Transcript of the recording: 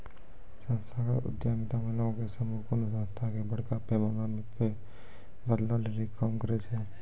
संस्थागत उद्यमिता मे लोगो के समूह कोनो संस्था के बड़का पैमाना पे बदलै लेली काम करै छै